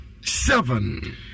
seven